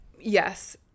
Yes